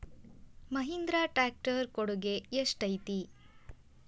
Mahindra tractor ಕೊಡುಗೆ ಎಷ್ಟು ಐತಿ?